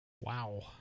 Wow